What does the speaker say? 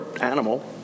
animal